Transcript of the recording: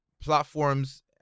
platforms